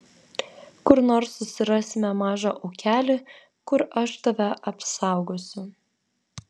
kur nors susirasime mažą ūkelį kur aš tave apsaugosiu